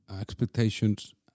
expectations